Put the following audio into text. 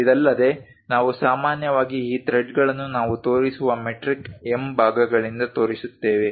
ಇದಲ್ಲದೆ ನಾವು ಸಾಮಾನ್ಯವಾಗಿ ಈ ಥ್ರೆಡ್ಗಳನ್ನು ನಾವು ತೋರಿಸುವ ಮೆಟ್ರಿಕ್ M ಭಾಗಗಳಿಂದ ತೋರಿಸುತ್ತೇವೆ